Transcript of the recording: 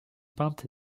peinte